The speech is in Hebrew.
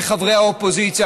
וחברי האופוזיציה.